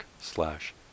slash